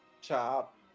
chop